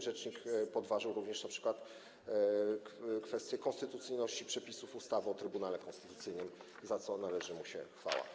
Rzecznik podważył również np. kwestię konstytucyjności przepisów ustawy o Trybunale Konstytucyjnym, za co należy mu się chwała.